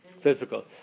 Physical